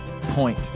point